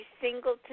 Singleton